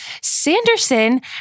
Sanderson